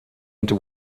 into